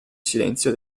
silenzio